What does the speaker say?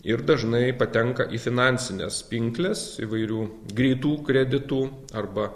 ir dažnai patenka į finansines pinkles įvairių greitų kreditų arba